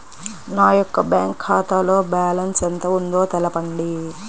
నా యొక్క బ్యాంక్ ఖాతాలో బ్యాలెన్స్ ఎంత ఉందో తెలపండి?